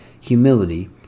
humility